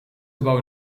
gebouw